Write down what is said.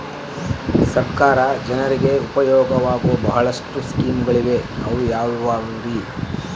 ಸರ್ಕಾರ ಜನರಿಗೆ ಉಪಯೋಗವಾಗೋ ಬಹಳಷ್ಟು ಸ್ಕೇಮುಗಳಿವೆ ಅವು ಯಾವ್ಯಾವ್ರಿ?